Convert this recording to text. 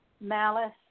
Malice